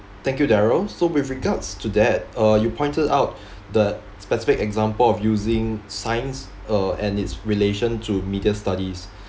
thank you darrel so with regards to that uh you pointed out the specific example of using science uh and its relation to media studies